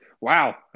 Wow